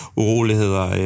uroligheder